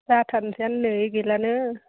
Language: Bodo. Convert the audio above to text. जाथारनोसैआनो नै गैलानो